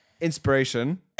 inspiration